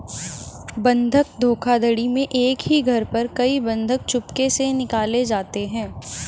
बंधक धोखाधड़ी में एक ही घर पर कई बंधक चुपके से निकाले जाते हैं